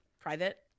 private